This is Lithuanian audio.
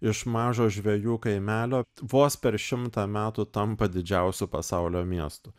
iš mažo žvejų kaimelio vos per šimtą metų tampa didžiausiu pasaulio miestu